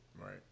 Right